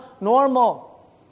normal